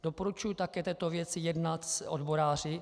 Doporučuji také v této věci jednat s odboráři.